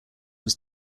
was